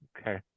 Okay